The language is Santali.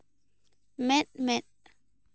ᱢᱮᱸᱫ ᱢᱮᱸᱫ